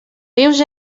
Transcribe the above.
rius